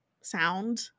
sound